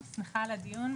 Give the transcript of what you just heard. שמחה על הדיון,